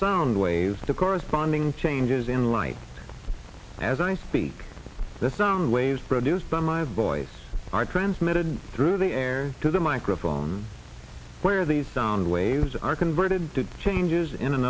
sound waves the corresponding changes in light as i speak the sound waves produced by my boys are transmitted through the air to the microphone where these sound waves are converted to changes in an